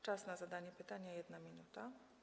Czas na zadanie pytania - 1 minuta.